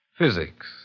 Physics